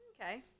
Okay